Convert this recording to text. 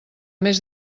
més